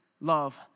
love